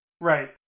right